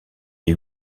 les